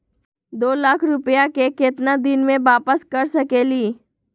दो लाख रुपया के केतना दिन में वापस कर सकेली?